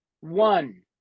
one